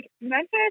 memphis